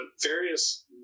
various